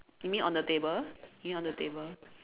you mean on the table you mean on the table